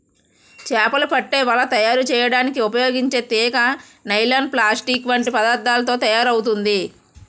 చేపలు పట్టే వల తయారు చేయడానికి ఉపయోగించే తీగ నైలాన్, ప్లాస్టిక్ వంటి పదార్థాలతో తయారవుతుంది